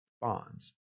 bonds